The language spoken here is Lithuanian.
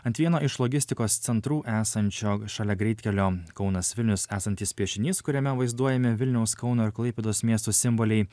ant vieno iš logistikos centrų esančio šalia greitkelio kaunas vilnius esantis piešinys kuriame vaizduojami vilniaus kauno ir klaipėdos miesto simboliai